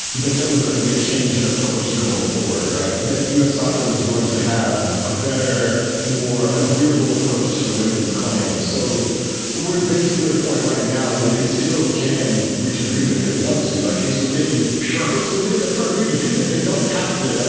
that there was going to be a change in approach going forward? right. that u s. soccer was going to have a better, more agreeable approach to the women's claims. so we're basically at a point right now where they still can reach an agreement if they want to. like it's within sure it's within their purview to do that. don't have to.